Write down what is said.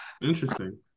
Interesting